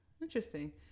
Interesting